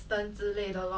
mm